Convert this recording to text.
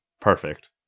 Perfect